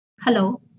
Hello